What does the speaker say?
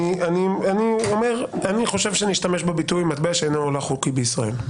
אני חושב שנשתמש בביטוי מטבע שאינו הילך חוקי בישראל.